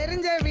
and and i mean